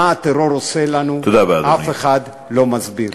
מה הטרור עושה לנו, אף אחד לא מסביר.